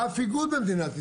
לאף איגוד במדינת ישראל.